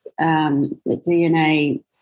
DNA